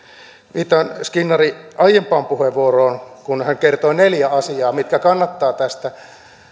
viittaan skinnarin aiempaan puheenvuoroon kun hän kertoi neljä asiaa mitkä kannattaa tästä